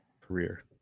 career